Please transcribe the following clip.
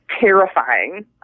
terrifying